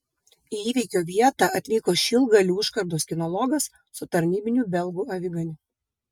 į įvykio vietą atvyko šilgalių užkardos kinologas su tarnybiniu belgų aviganiu